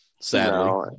sadly